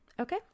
Okay